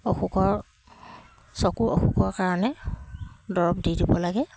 অসুখৰ চকুৰ অসুখৰ কাৰণে দৰৱ দি দিব লাগে